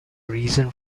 reason